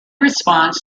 response